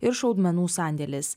ir šaudmenų sandėlis